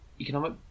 economic